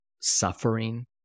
suffering